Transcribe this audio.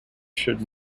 should